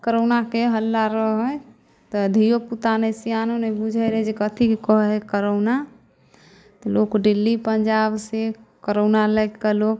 कोरोनाके हल्ला रहै तऽ धियोपुता नहि सयानो नहि बुझै रहै जे कथीके कहै कोरोना तऽ लोक दिल्ली पंजाब से कोरोना लए कऽ लोक